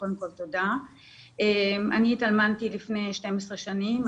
אני התאלמנתי לפני 12 שנים.